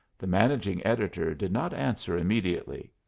the managing editor did not answer immediately.